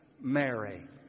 Mary